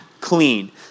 clean